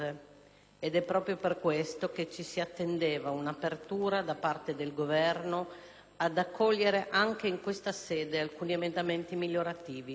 ed è proprio per questo che ci si attendeva un'apertura da parte del Governo ad accogliere anche in questa sede alcuni emendamenti migliorativi.